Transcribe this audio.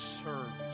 serve